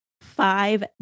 five